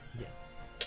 Yes